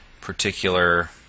particular